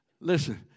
Listen